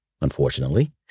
Unfortunately